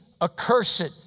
accursed